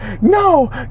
no